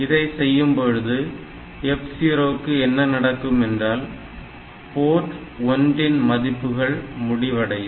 இதை செய்யும் பொழுது F0 க்கு என்ன நடக்கும் என்றால் போர்ட் 1 இன் மதிப்புகள் முடிவடையும்